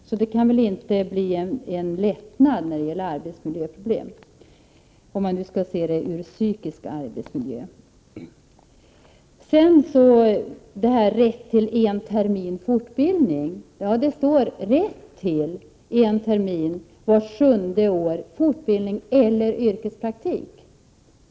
Det kan väl inte bli en lättnad när det gäller arbetsmiljön, om man skall se på den psykiska miljön. Så till frågan om fortbildning. Det står att lärare skall har rätt till en termin vart sjunde år för fortbildning eller yrkespraktik.